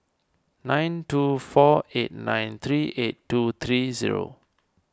nine two four eight nine three eight two three zero